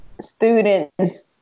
students